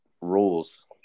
rules